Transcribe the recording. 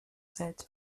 said